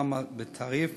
מכספם בתעריף